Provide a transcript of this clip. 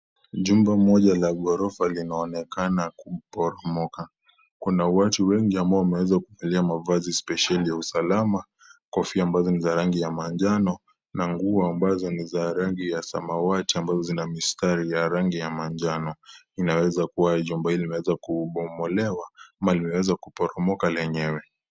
Jumba moja la ghorofa linaonekana kuporomoka kuna watu wengi ambao wameweza kuvalia mavazii spesheli ya usalama kofia ambazo ni za rangi ya manjano na nguo ambazo ni za rangi ya samawati ambazo zina mistari ya rangi ya manjano inaweza kuwa jumba hili limebomolewa au limeweza kuporomoka lenyewe.